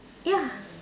ya